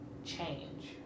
change